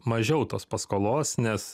mažiau tos paskolos nes